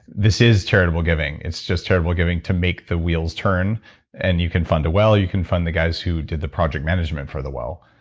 this is charitable giving it's just charitable giving to make the wheels turn and you can fund a well. you can fund the guys who did the project management for the well.